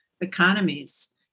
economies